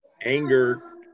anger